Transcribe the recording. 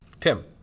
Tim